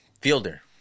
Fielder